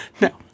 No